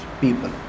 people